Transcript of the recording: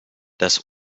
das